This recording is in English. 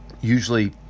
usually